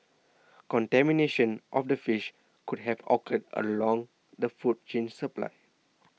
contamination of the fish could have occurred along the food chain supply